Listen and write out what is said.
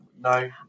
No